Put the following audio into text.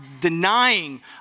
denying